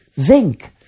zinc